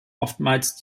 oftmals